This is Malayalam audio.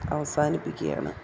അവസാനിപ്പിക്കുകയാണ്